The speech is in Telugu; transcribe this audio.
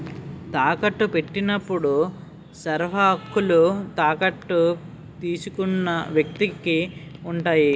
తాకట్టు పెట్టినప్పుడు సర్వహక్కులు తాకట్టు తీసుకున్న వ్యక్తికి ఉంటాయి